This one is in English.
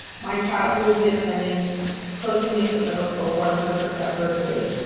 my child will be attending costa mesa middle school one hundred percent virtually,